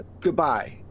Goodbye